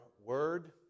word